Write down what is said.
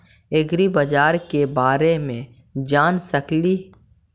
ऐग्रिबाजार के बारे मे जान सकेली?